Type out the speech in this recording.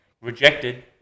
Rejected